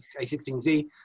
A16Z